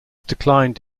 declined